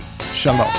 Shalom